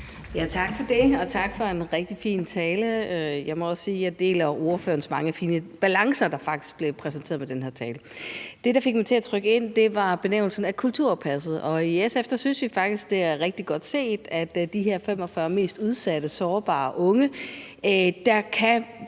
Tak for det. Og tak for en rigtig fin tale. Jeg må også sige, at jeg deler ordførerens tilgang med mange fine balancer, der faktisk blev præsenteret i den her tale. Det, der fik mig til at trykke mig ind, var benævnelsen af kulturpasset. I SF synes vi faktisk, det er rigtig godt set, at for de her 45.000 mest udsatte sårbare unge kan